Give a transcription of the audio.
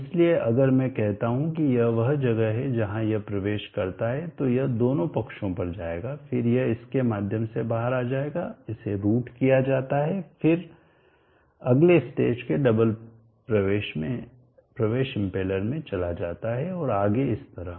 इसलिए अगर मैं कहता हूं कि यह वह जगह है जहां यह प्रवेश करता है तो यह दोनों पक्षों पर जाएगा फिर यह इसके माध्यम से बाहर आ जाएगा इसे रूट किया जाता है और फिर अगले स्टेज के डबल प्रवेश इम्पेलर में चला जाता है और आगे इस तरह